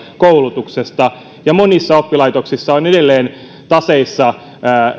koulutuksesta ja monissa oppilaitoksissa edelleen taseissa